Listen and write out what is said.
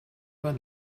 man